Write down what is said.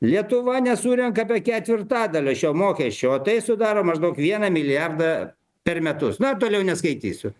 lietuva nesurenka apie ketvirtadalio šio mokesčio o tai sudaro maždaug vieną milijardą per metus na toliau neskaitysiu